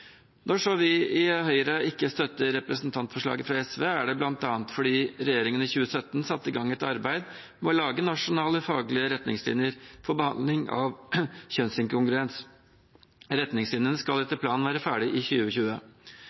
Når vi i Høyre ikke støtter representantforslaget fra SV, er det bl.a. fordi regjeringen i 2017 satte i gang et arbeid med å lage nasjonale, faglige retningslinjer for behandling av kjønnsinkongruens. Retningslinjene skal etter planen være ferdig i 2020.